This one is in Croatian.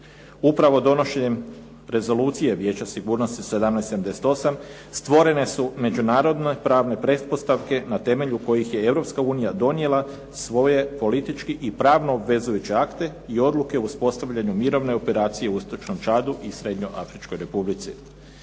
Upravo donošenjem rezolucije Vijeća sigurnosti 17/78 stvorene su međunarodno pravne pretpostavke na temelju kojih je Europska unija donijela svoje politički i pravno obvezujuće akte i odluke u uspostavljanju mirovne operacije u istočnom Čadu i Srednjoafričkoj Republici.